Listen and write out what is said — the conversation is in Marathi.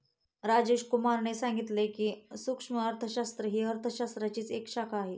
राजेश कुमार ने सांगितले की, सूक्ष्म अर्थशास्त्र ही अर्थशास्त्राचीच एक शाखा आहे